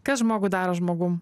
kas žmogų daro žmogum